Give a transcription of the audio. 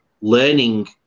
learning